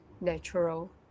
natural